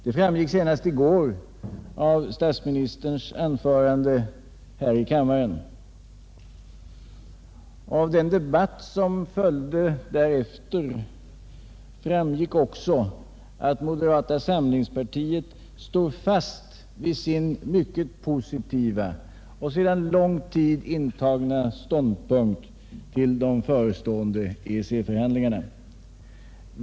Det framgick senast i går av statsministerns anförande här i kammaren. Av den debatt som därefter följde framgick också att moderata samlingspartiet står fast vid sin mycket positiva, sedan lång tid intagna ståndpunkt till de förestående EEC-förhandlingarna.